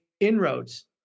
inroads